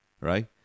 right